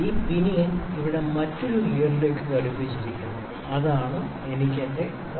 ഈ പിനിയൻ ഇവിടെ മറ്റൊരു ഗിയറിലേക്ക് ഘടിപ്പിച്ചിരിക്കുന്നു ഇതാണ് എനിക്ക് ഇവിടെ എന്റെ പോയിന്റർ പി 1 ഉണ്ട്